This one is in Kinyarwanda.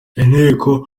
inteko